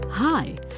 Hi